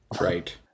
Right